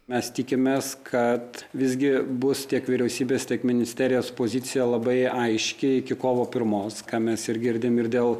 mes tikimės kad visgi bus tiek vyriausybės tiek ministerijos pozicija labai aiški iki kovo pirmos ką mes ir girdim ir dėl